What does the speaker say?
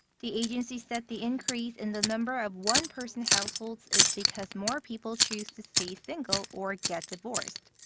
the agency said the increase in the number of one-person households is because more people choose to stay single or get divorced.